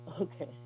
okay